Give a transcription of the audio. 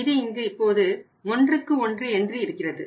விதி இங்கு இப்போது 11 என்றிருக்கிறது